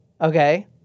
Okay